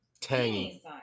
tangy